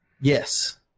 Yes